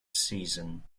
season